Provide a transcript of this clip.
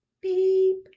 beep